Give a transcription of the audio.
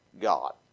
God